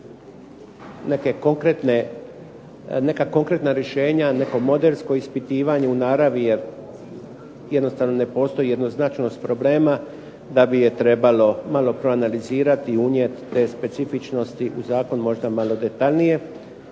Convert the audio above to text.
neke konkretne, neka konkretna rješenja, neko modelsko ispitivanje u naravi. Jer jednostavno ne postoji jednoznačnost problema da bi je trebalo malo proanalizirati i unijeti te specifičnosti u zakon, možda malo detaljnije.